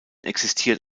existiert